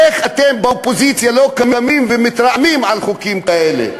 איך אתם באופוזיציה לא קמים ומתרעמים על חוקים כאלה?